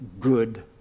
good